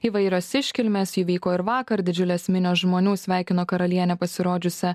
įvairios iškilmės įvyko ir vakar didžiulės minios žmonių sveikino karalienę pasirodžiusią